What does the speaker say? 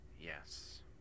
yes